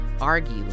argue